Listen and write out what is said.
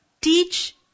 teach